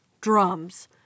Drums